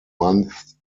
months